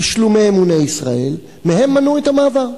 כשלומי אמוני ישראל, מהם מנעו את המעבר.